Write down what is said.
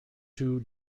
too